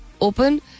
Open